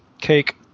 cake